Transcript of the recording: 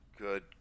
good